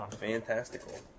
Fantastical